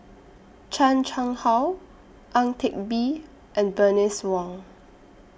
Chan Chang How Ang Teck Bee and Bernice Wong